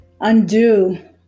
undo